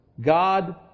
god